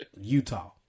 Utah